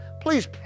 Please